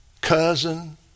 cousin